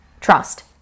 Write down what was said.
Trust